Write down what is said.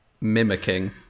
mimicking